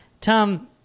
Tom